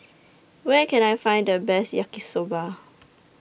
Where Can I Find The Best Yaki Soba